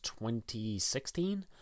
2016